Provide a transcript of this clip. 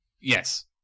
Yes